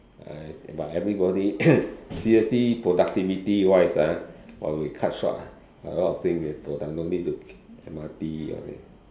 uh but everybody seriously productivity wise ah !wah! will cut short ah a lot of things will no need to M_R_T all this